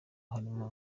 harimo